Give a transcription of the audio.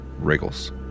wriggles